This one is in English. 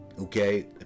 Okay